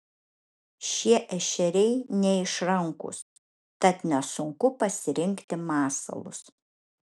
šie ešeriai neišrankūs tad nesunku pasirinkti masalus